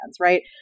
right